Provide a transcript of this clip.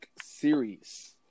series